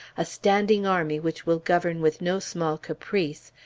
a standing army which will govern with no small caprice,